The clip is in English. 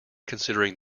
considering